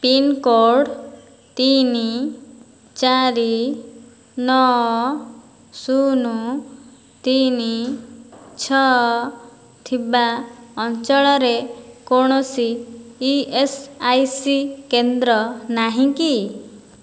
pin code ତିନି ଚାରି ନଅ ଶୂନ ତିନି ଛଅ ଥିବା ଅଞ୍ଚଳରେ କୌଣସି ଇ ଏସ୍ ଆଇ ସି କେନ୍ଦ୍ର ନାହିଁ କି